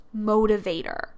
motivator